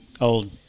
old